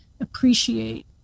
appreciate